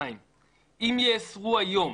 2. אם יאסרו היום